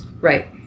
Right